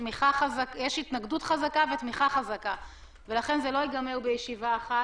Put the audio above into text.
יש התנגדות חזקה ותמיכה חזקה ולכן זה לא יגמר בישיבה אחת.